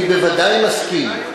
אני בוודאי מסכים.